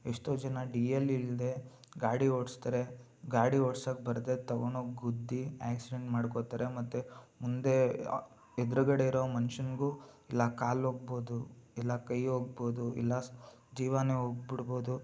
ಎಷ್ಟೋ ಜನ D L ಇಲ್ಲದೇ ಗಾಡಿ ಓಡಿಸ್ತಾರೆ ಗಾಡಿ ಓಡ್ಸಕ್ಕೆ ಬರದೆ ತೊಗೊಂಡೋಗಿ ಗುದ್ದಿ ಆ್ಯಕ್ಸಿಡೆಂಟ್ ಮಾಡ್ಕೋತಾರೆ ಮತ್ತು ಮುಂದೆ ಎದುರುಗಡೆ ಇರೋ ಮನುಷ್ಯನಿಗು ಇಲ್ಲ ಕಾಲು ಹೋಗ್ಬೋದು ಇಲ್ಲ ಕೈ ಹೋಗ್ಬೋದು ಇಲ್ಲ ಜೀವಾನೇ ಹೋಗ್ಬಿಡ್ಬೋದು